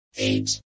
Eight